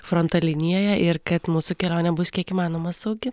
fronto linijoje ir kad mūsų kelionė bus kiek įmanoma saugi